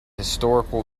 historical